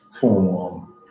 form